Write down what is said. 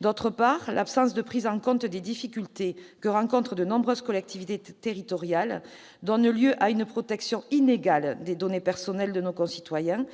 D'autre part, l'absence de prise en compte des difficultés que rencontrent de nombreuses collectivités territoriales donne lieu à une protection inégale des données personnelles de nos concitoyens,